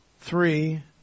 Three